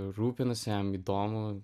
rūpinasi jam įdomu